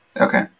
Okay